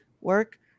work